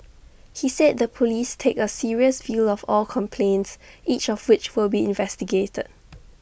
he said the Police take A serious view of all complaints each of which will be investigated